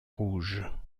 rouge